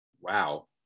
Wow